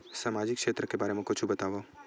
सामाजिक क्षेत्र के बारे मा कुछु बतावव?